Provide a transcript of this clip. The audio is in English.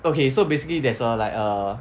okay so basically there's a like err